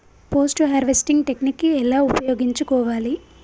Post harvesting technique ఎలా ఉపయోగించుకోవాలి?